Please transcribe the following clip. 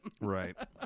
Right